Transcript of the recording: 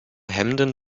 hemden